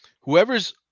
Whoever's